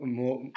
more